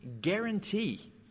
guarantee